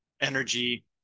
energy